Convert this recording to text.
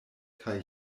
kaj